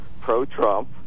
pro-Trump